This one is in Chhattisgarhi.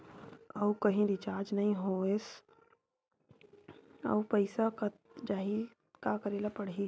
आऊ कहीं रिचार्ज नई होइस आऊ पईसा कत जहीं का करेला पढाही?